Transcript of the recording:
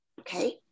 Okay